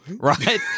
right